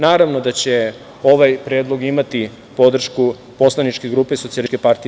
Naravno da će ovaj predlog imati podršku poslaničke grupe SPS.